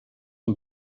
und